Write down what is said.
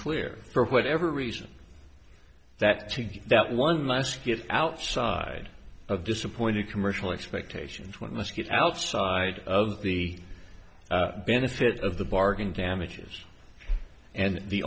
clear for whatever reason that to get that one last get outside of disappointed commercial expectations one must get outside of the benefits of the bargain damages and the